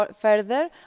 further